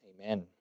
Amen